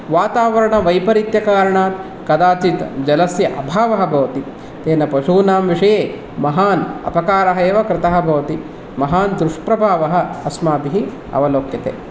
वातावरणवैपरीत्यकारणात् कदाचित् जलस्य अभावः भवति तेन पशूनां विषये महान् अपकारः एव कृतः भवति महान् दुष्प्रभावः अस्माभिः अवलोक्यते